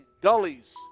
gullies